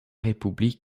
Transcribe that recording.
republik